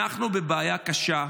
אנחנו בבעיה קשה.